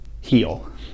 heal